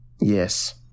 yes